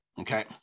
Okay